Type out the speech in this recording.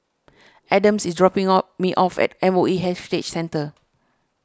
Adams is dropping off me off at M O E Heritage Centre